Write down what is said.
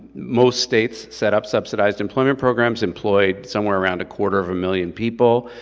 most states set up subsidized employment programs, employed somewhere around a quarter of a million people